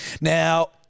Now